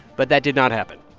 but that did not happen.